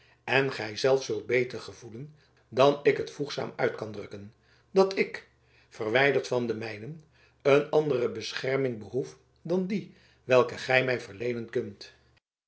en gij zelf zult beter gevoelen dan ik het voegzaam uit kan drukken dat ik verwijderd van de mijnen een andere bescherming behoef dan die welke gij mij verleenen kunt